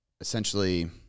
essentially